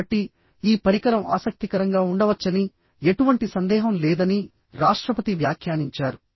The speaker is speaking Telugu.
కాబట్టి ఈ పరికరం ఆసక్తికరంగా ఉండవచ్చనిఎటువంటి సందేహం లేదని రాష్ట్రపతి వ్యాఖ్యానించారు